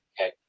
Okay